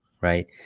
right